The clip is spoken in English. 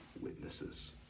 witnesses